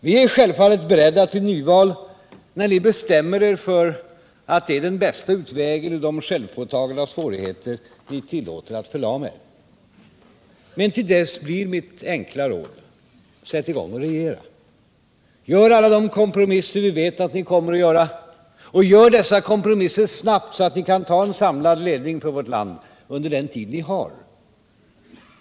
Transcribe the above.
Vi är självfallet beredda till nyval när ni bestämmer er för att det är den bästa utvägen ur de självpåtagna svårigheter ni nu tillåter förlama er. Men till dess blir mitt enkla råd: Sätt i gång och regera. Gör alla de kompromisser vi vet att ni kommer att göra. Och gör dessa kompromisser snabbt så att ni kan ta en samlad ledning för vårt land under den tid ni har.